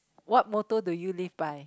what moto do you live by